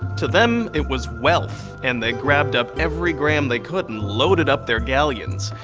to them it was wealth, and they grabbed up every gram they could and loaded up their galleons.